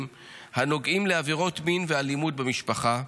הנוגעים לעבירות מין ואלימות במשפחה,